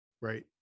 right